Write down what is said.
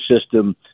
system